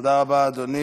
תודה רבה, אדוני.